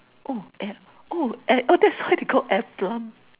oh air oh air that's why they call air plant